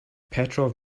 petrov